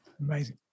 Amazing